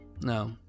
No